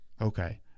okay